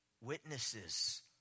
Witnesses